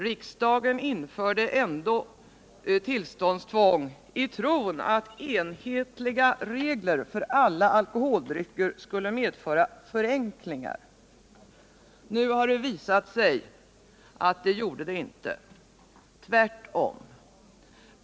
Riksdagen införde ändå tillståndstvång i tron att enhetliga regler för alla alkoholdrycker skulle medföra förenklingar. Nu har det visat sig att så inte blev fallet — tvärtom!